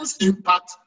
impact